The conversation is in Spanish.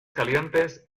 calientes